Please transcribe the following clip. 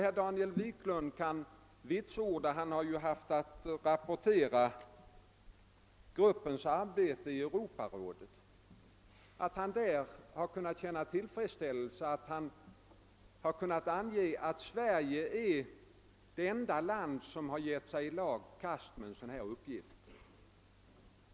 Herr Wiklund som haft att rapportera gruppens arbete i Europarådet kan säkert vitsorda, att han där känt tillfredsställelse över att kunna framhålla att Sverige är ett land som givit sig i kast med en sådan uppgift.